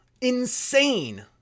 insane